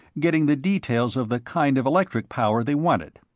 getting the details of the kind of electric power they wanted.